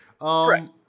Right